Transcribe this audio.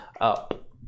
up